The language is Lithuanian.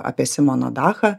apie simoną dachą